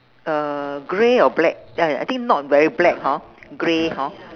uh grey or black ya I think not very black hor grey hor